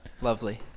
Lovely